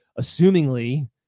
assumingly